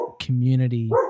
community